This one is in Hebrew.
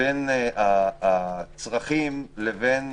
בין הצרכים לבין